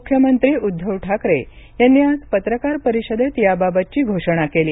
मुख्यमंत्री उद्धव ठाकरे यांनी आज पत्रकार परिषदेत याबाबतची घोषणा केली